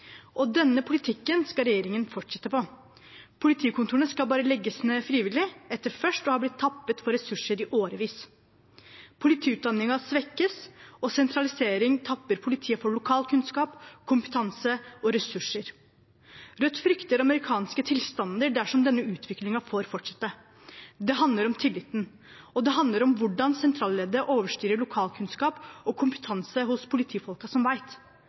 Og denne politikken skal regjeringen fortsette på. Politikontorene skal bare legge ned frivillig, etter først å ha blitt tappet for ressurser i årevis. Politiutdanningen svekkes, og sentralisering tapper politiet for lokalkunnskap, kompetanse og ressurser. Rødt frykter amerikanske tilstander dersom denne utviklingen får fortsette. Det handler om tillit, og det handler om hvordan sentralleddet overstyrer lokalkunnskap og kompetanse hos politifolkene som